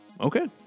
okay